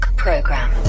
program